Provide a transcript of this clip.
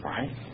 Right